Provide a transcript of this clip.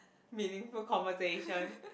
meaningful conversation